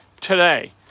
today